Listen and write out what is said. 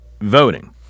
voting